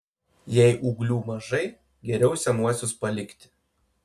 jei ūglių mažai geriau senuosius palikti